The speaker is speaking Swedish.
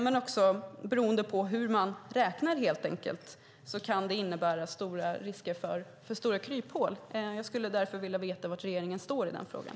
Men också beroende på hur man räknar kan det innebära risker för stora kryphål. Jag skulle därför vilja veta var regeringen står i frågan.